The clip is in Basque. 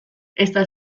ezta